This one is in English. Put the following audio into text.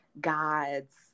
God's